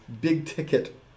big-ticket